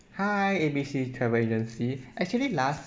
hi A B C travel agency actually last